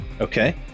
Okay